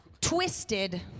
Twisted